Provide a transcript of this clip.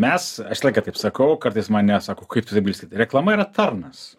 mes aš visą laiką taip sakau kartais man net sako kaip tu taip gali sakyt reklama yra tarnas